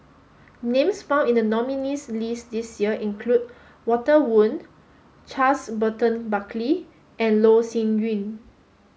names found in the nominees' list this year include Walter Woon Charles Burton Buckley and Loh Sin Yun